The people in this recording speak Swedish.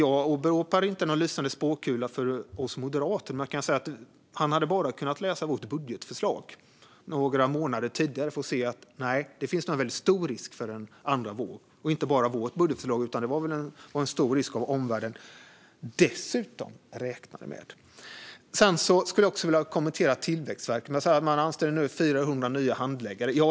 Jag åberopar inte någon lysande spåkula hos oss moderater, men jag kan säga att han helt enkelt hade kunnat läsa vårt budgetförslag några månader tidigare för att se att det nog fanns en väldigt stor risk för en andra våg. Det gällde dessutom inte bara vårt budgetförslag, utan det var väl en stor risk som även omvärlden räknade med. Jag skulle också vilja kommentera Tillväxtverket och att myndigheten nu anställer 400 nya handläggare.